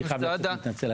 אני מתנצל.